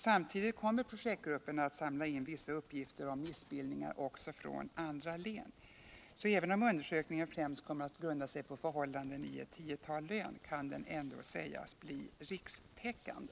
Samtidigt kommer projektgruppen att samla in vissa uppgifter om missbildningar också från andra län. Även om undersökningen främst kommer att grunda sig på förhållanden i ett tiotal län, kan den ändå sägas vara rikstäckande.